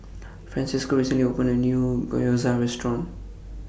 Francesco recently opened A New Gyoza Restaurant